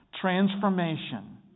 transformation